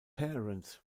parents